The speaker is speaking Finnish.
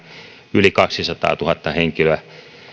yli kaksisataatuhatta henkilöä